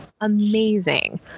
amazing